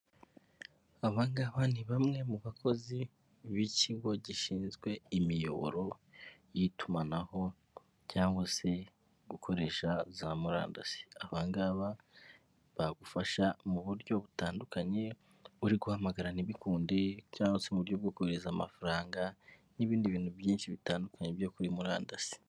Aba ngaba ni bamwe mu bakozi b'ikigo gishinzwe imiyoboro y'itumanaho cyangwa se gukoresha za murandasi, aba ngaba bagufasha mu buryo butandukanye uri guhamagara ntibikunde cyangwa se mu buryo bwo kohereza amafaranga n'ibindi bintu byinshi bitandukanye byo kuri murandasi.